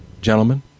Gentlemen